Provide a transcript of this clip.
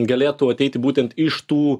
galėtų ateiti būtent iš tų